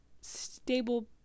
stable